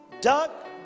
duck